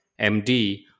MD